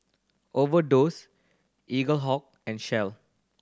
Overdose Eaglehawk and Shell